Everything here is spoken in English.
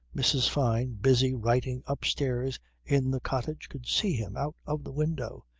mrs. fyne, busy writing upstairs in the cottage, could see him out of the window.